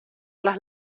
las